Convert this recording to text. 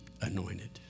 anointed